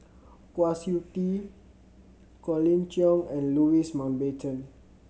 Kwa Siew Tee Colin Cheong and Louis Mountbatten